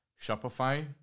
Shopify